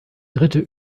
dritte